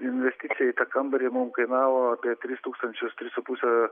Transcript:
investicija į tą kambarį mum kainavo apie tris tūkstančius tris su puse